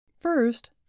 First